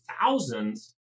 thousands